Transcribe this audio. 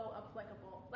applicable